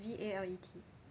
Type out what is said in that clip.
V A L E T